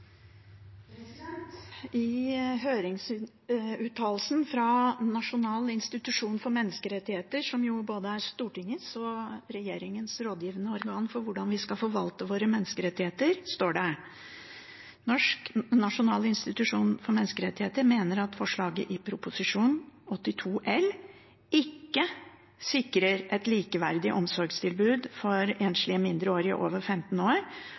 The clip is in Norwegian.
I høringsuttalelsen fra Norges institusjon for menneskerettigheter, som både er Stortingets og regjeringens rådgivende organ for hvordan vi skal forvalte våre menneskerettigheter, står det: Norges institusjon for menneskerettigheter mener at forslaget i Prop. 82 L ikke sikrer et likeverdig omsorgstilbud for enslige mindreårige over 15 år,